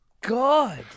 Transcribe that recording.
God